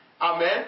Amen